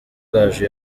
gaju